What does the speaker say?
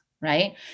right